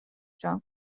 جان